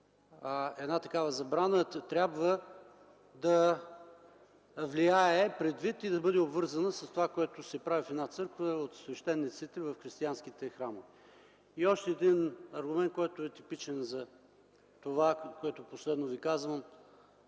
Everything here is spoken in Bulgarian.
една такава забрана трябва да влияе и да бъде обвързано с това, което се прави в една църква от свещениците в християнските храмове. И още един аргумент, който е типичен за това, което ви казвам